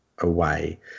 away